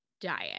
diet